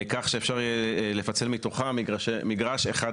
אם אפשר אדוני מבלי להתייחס לבקשה של מרכז השלטון